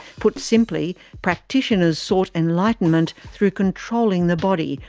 put simply, practitioners sought enlightenment through controlling the body,